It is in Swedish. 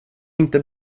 inte